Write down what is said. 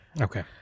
Okay